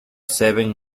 seven